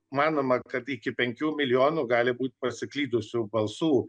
manoma kad iki penkių milijonų gali būt pasiklydusių balsų